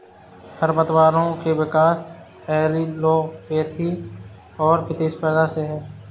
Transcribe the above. खरपतवारों के विकास एलीलोपैथी और प्रतिस्पर्धा से है